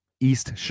east